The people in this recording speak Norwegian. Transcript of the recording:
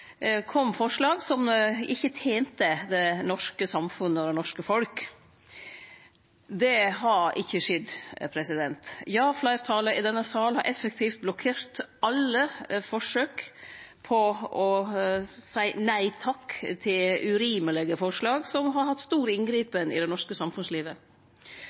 kom forslag som ikkje tente det norske samfunnet og det norske folket. Det har ikkje skjedd. Ja, fleirtalet i denne sal har effektivt blokkert alle forsøk på å seie nei takk til urimelege forslag som har gjort store inngrep i det norske samfunnslivet.